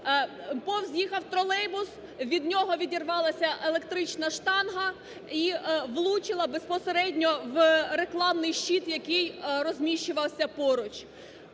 повз їхав тролейбус, від нього відірвалася електрична штанга і влучила безпосередньо в рекламний щит, який розміщувався поруч.